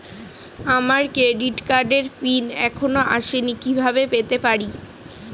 আমার ক্রেডিট কার্ডের পিন এখনো আসেনি কিভাবে পেতে পারি?